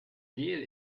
gel